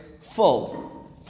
full